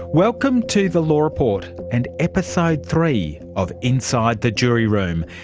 welcome to the law report and episode three of inside the jury room.